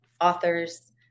authors